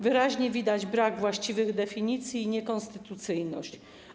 Wyraźnie widać brak właściwych definicji i niekonstytucyjność.